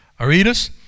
Aretas